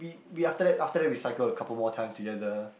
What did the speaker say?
we we after that after that we cycled a couple more times together